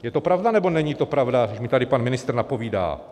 Je to pravda, nebo není to pravda, když mi tady pan ministr napovídá?